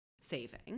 saving